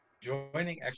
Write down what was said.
joining